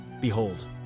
Behold